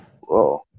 Whoa